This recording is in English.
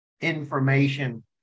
information